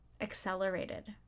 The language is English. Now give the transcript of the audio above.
accelerated